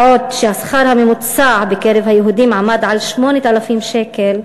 בעוד השכר הממוצע בקרב היהודים היה 8,000 שקל,